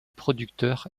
producteurs